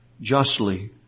justly